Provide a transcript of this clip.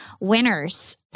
winners